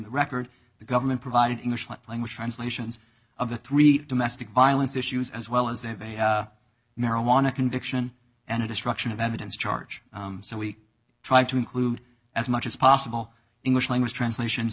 the record the government provided english language translations of the three domestic violence issues as well as a marijuana conviction and the destruction of evidence charge so we try to include as much as possible english language translations